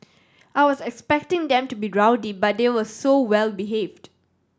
I was expecting them to be rowdy but they were so well behaved